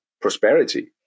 prosperity